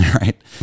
right